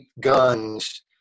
guns